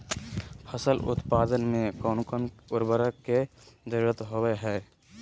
फसल उत्पादन में कोन कोन उर्वरक के जरुरत होवय हैय?